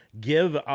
give